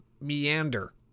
meander